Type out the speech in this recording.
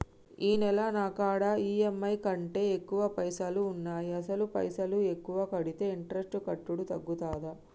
ఈ నెల నా కాడా ఈ.ఎమ్.ఐ కంటే ఎక్కువ పైసల్ ఉన్నాయి అసలు పైసల్ ఎక్కువ కడితే ఇంట్రెస్ట్ కట్టుడు తగ్గుతదా?